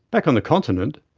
back on the continent,